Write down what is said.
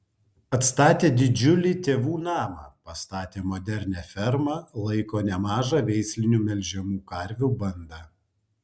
atstatė didžiulį tėvų namą pastatė modernią fermą laiko nemažą veislinių melžiamų karvių bandą